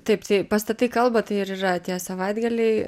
taip tai pastatai kalba tai ir yra tie savaitgaliai